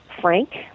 Frank